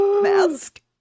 mask